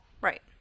Right